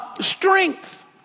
strength